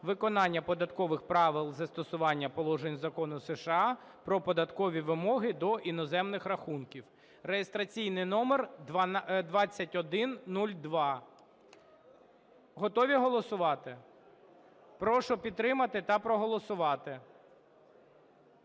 виконання податкових правил застосування положень Закону США "Про податкові вимоги до іноземних рахунків" (реєстраційний номер 2102). Готові голосувати? Прошу підтримати та проголосувати.